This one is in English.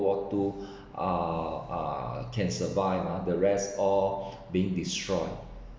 war two uh can survive ah the rest all being destroyed